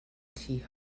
tea